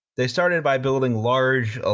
they started by building large, ah